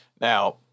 Now